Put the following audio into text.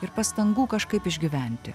ir pastangų kažkaip išgyventi